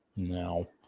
No